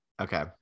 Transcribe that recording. Okay